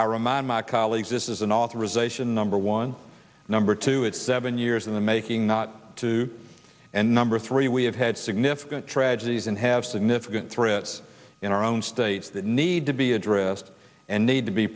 man my colleagues this is an authorization number one number two it's seven years in the making not two and number three we have had significant tragedies and have significant threats in our own states that need to be addressed and need to be